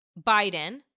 Biden